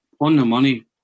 on-the-money